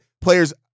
players –